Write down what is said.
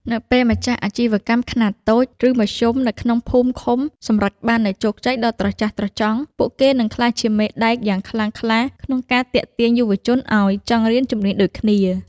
នៅពេលម្ចាស់អាជីវកម្មខ្នាតតូច ឬមធ្យមនៅក្នុងភូមិឃុំសម្រេចបាននូវជោគជ័យដ៏ត្រចះត្រចង់ ពួកគេនឹងក្លាយជាមេដែកយ៉ាងខ្លាំងក្លាក្នុងការទាក់ទាញយុវជនឱ្យចង់រៀនជំនាញដូចគ្នា។